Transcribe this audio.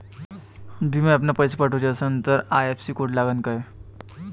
भीम ॲपनं पैसे पाठवायचा असन तर मंग आय.एफ.एस.सी कोड लागनच काय?